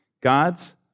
God's